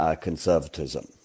conservatism